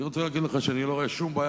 אני רוצה להגיד לך שאני לא רואה שום בעיה